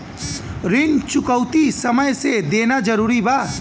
ऋण चुकौती समय से देना जरूरी बा?